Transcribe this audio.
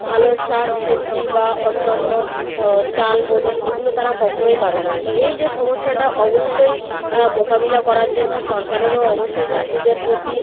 ভালো শাক সবজি বা অন্য অন্য চাল বলুন এগুলো তারা কখনোই পাবে না তো এই যে সমস্যাটা অবশ্যই মোকাবিলা করার জন্য সরকারেরও অবশ্যই চাষিদের প্রতি